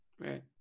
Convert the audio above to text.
Right